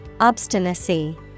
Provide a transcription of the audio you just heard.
Obstinacy